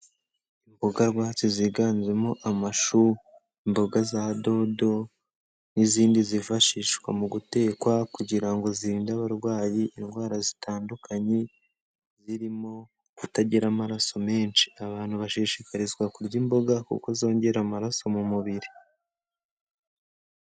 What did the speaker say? Imboga rwatsi ziganjemo amashu, imboga za dodo, n'izindi zifashishwa mu gutekwa, kugira ngo zirinde abarwayi indwara zitandukanye, zirimo kutagira amaraso menshi. Abantu bashishikarizwa kurya imboga, kuko zongera amaraso mu mubiri.